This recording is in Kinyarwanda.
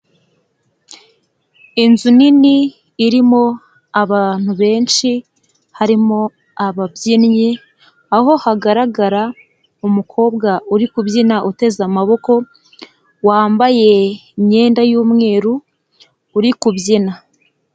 Inzu nini irimo abantu benshi, harimo ababyinnyi, aho hagaragara umukobwa uri kubyina uteze amaboko, wambaye imyenda y'umweru uri kubyina.